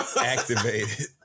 activated